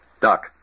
Doc